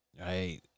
Right